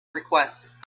requests